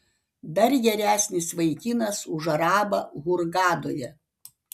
dar geresnis vaikinas už arabą hurgadoje